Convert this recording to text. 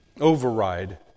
override